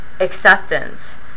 acceptance